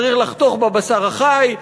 צריך לחתוך בבשר החי,